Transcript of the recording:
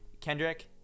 Kendrick